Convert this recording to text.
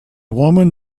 woman